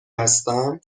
هستم